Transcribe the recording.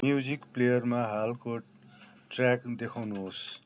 music प्लेयरमा हालको track देखाउनुहोस्